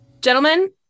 gentlemen